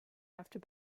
after